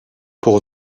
pour